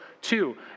Two